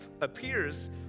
appears